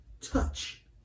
touch